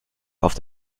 auf